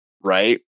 right